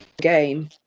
game